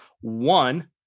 One